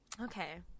okay